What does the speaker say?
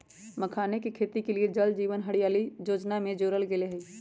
मखानके खेती के जल जीवन हरियाली जोजना में जोरल गेल हई